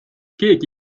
keegi